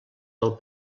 del